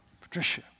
Patricia